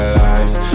life